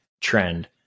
trend